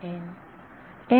विद्यार्थी n